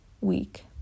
week